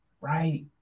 Right